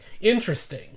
interesting